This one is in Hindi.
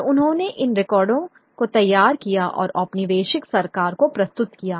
और उन्होंने इन रिकॉर्डों को तैयार किया और औपनिवेशिक सरकार को प्रस्तुत किया